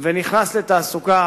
ונכנס לתעסוקה,